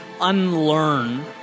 unlearn